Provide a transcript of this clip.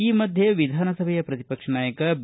ಈ ಮಧ್ಯೆ ವಿಧಾನಸಭೆಯ ಪ್ರತಿಪಕ್ಷ ನಾಯಕ ಬಿ